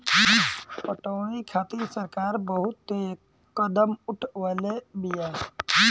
पटौनी खातिर सरकार बहुते कदम उठवले बिया